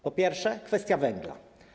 Po pierwsze, kwestia węgla.